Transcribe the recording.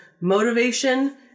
motivation